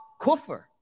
kufr